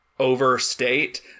overstate